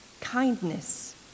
kindness